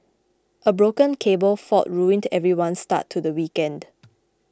a broken cable fault ruined everyone's start to the weekend